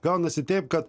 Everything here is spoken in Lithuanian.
gaunasi taip kad